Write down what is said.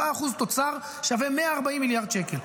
7% תוצר שווה 140 מיליארד שקל.